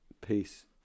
Peace